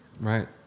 right